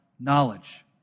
Knowledge